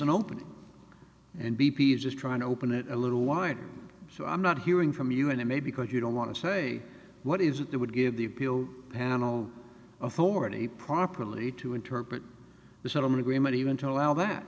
isn't open and b p is just trying to open it a little wider so i'm not hearing from you and i may because you don't want to say what is it that would give the appeal panel authority properly to interpret the settlement agreement even to allow that